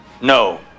No